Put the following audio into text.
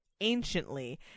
anciently